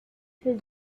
für